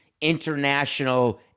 international